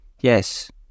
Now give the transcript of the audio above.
yes